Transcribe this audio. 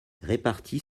répartis